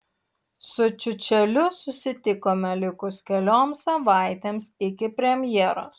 su čiučeliu susitikome likus kelioms savaitėms iki premjeros